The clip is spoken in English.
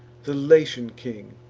the latian king,